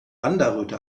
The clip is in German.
wanderröte